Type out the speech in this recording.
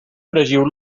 fregiu